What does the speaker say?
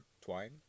twine